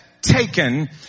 taken